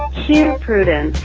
here, prudence.